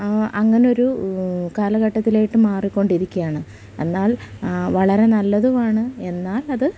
അങ്ങനെയൊരു കാലഘട്ടത്തിലേക്ക് മാറിക്കൊണ്ടിരിക്കുകയാണ് എന്നാൽ വളരെ നല്ലതുമാണ് എന്നാൽ അത്